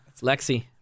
Lexi